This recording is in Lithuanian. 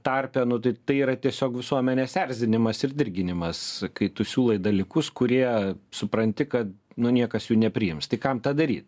tarpe nu tai tai yra tiesiog visuomenės erzinimas ir dirginimas kai tu siūlai dalykus kurie supranti kad nu niekas jų nepriims tai kam tą daryt